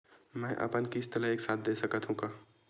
मै अपन किस्त ल एक साथ दे सकत हु का?